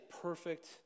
perfect